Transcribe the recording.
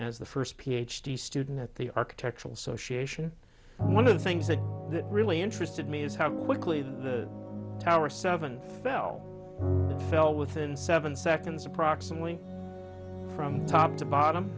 as the first ph d student at the architectural so she one of the things that that really interested me is how quickly the tower seven fell within seven seconds approximately from top to bottom